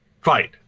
fight